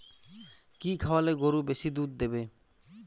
কি খাওয়ালে গরু বেশি দুধ দেবে?